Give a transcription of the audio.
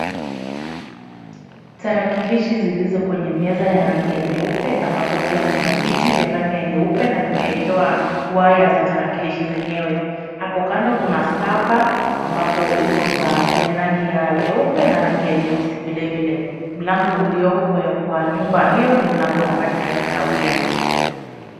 Tarakilishi zilizo kwenye meza ya rangi ya nyeupe ambapo pia kuna viti vya rangi ya nyeupe na vimeekewa waya za tarakilishi zenyewe. Hapo kando kuna server ambapo iko kwenye rangi ya nyeupe na rangi ya nyeusi vilevile. Mlango ulioko kwa nyumba hiyo ni mlango wa rangi ya kahawia.